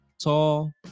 tall